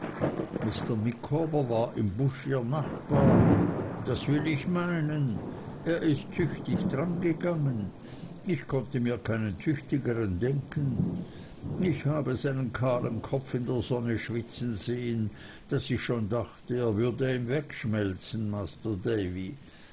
mr micawber war im busch ihr nachbar das will ich meinen er ist tüchtig drangegangen ich konnte mir keinen tüchtigeren denken ich habe seinen kahlen kopf in der sonne schwitzen sehen daß ich schon dachte er würde ihm wegschmelzen masr davy